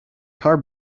car